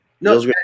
No